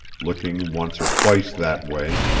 looking once or twice that way,